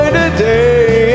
today